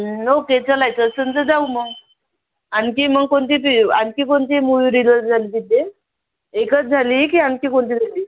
okay चलायचं असेल तर जाऊ मग आणकी मग कोणती ती आणखी कोणती मूवी रिलज झाली तिथे एकच झाली की आणखी कोणती झाली